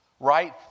Right